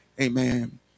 amen